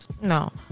No